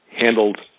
handled